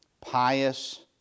pious